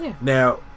Now